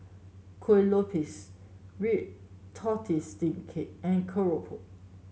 Kueh Lopes Red Tortoise Steamed Cake and keropok